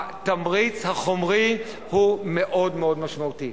התמריץ החומרי הוא מאוד מאוד משמעותי.